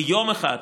ביום אחד,